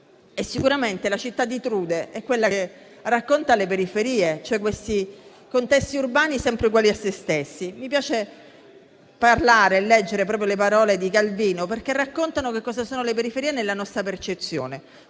Sicuramente la città di Trude è quella che racconta le periferie, cioè questi contesti urbani sempre uguali a sé stessi. Mi piace leggere proprio le parole di Calvino, perché raccontano cosa sono le periferie nella nostra percezione: